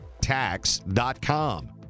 tax.com